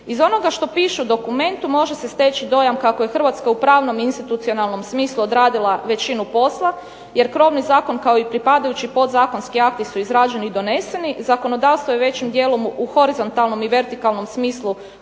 Iz onoga što piše u dokumentu može se steći dojam kako je Hrvatska u pravnom i institucionalnom smislu odradila većinu posla, jer krovni zakon kao i pripadajući podzakonski akti su izrađeni i doneseni, zakonodavstvo je većim dijelom u horizontalnom i vertikalnom smislu